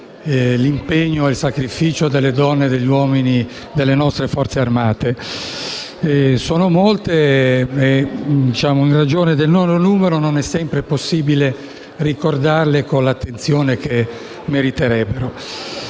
l'impegno e il sacrificio delle donne e degli uomini delle nostre Forze armate. Sono molte e, in ragione del loro numero, non è sempre possibile ricordarle con l'attenzione che meriterebbero.